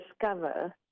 discover